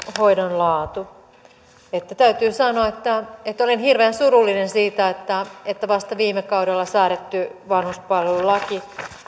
hoidon laatu täytyy sanoa että että olen hirveän surullinen siitä että että vasta viime kaudella säädetty vanhuspalvelulaki